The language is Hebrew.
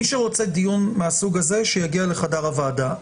מי שרוצה דיון מסוג זה שיגיע לחדר הוועדה.